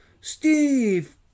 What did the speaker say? Steve